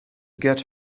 get